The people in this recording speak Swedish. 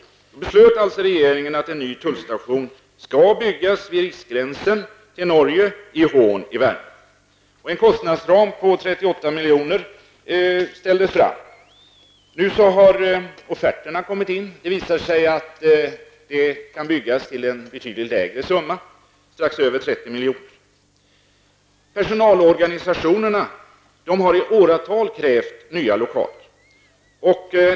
Då beslöt regeringen att en ny tullstation skulle byggas vid riksgränsen till milj.kr. fastställdes. Nu har offerterna kommit in. Det visar sig att den kan byggas till en betydligt lägre summa, strax över 30 milj.kr. Personalorganisationerna har i åratal krävt nya lokaler.